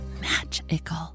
magical